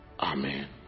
Amen